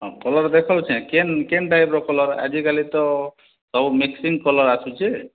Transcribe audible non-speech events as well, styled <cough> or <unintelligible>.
ହଁ କଲର୍ ଦେଖ <unintelligible> କେନ୍ କେନ୍ ଟାଇପ୍ର କଲ୍ର ଆଜିକାଲି ତ ସବୁ ମିକ୍ସଙ୍ଗ୍ କଲ୍ର୍ ଆସୁଛେ